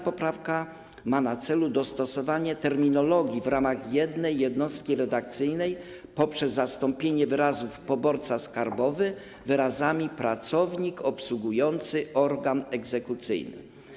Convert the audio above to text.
Poprawka 6. ma na celu dostosowanie terminologii w ramach jednej jednostki redakcyjnej poprzez zastąpienie wyrazów „poborca skarbowy” wyrazami „pracownik obsługujący organ egzekucyjny”